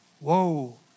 whoa